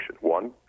one